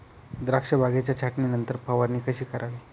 द्राक्ष बागेच्या छाटणीनंतर फवारणी कशी करावी?